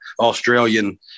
australian